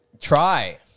Try